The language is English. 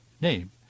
name